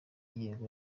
yego